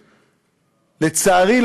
לצערי,